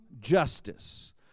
justice